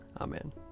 Amen